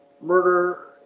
murder